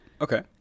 Okay